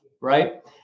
right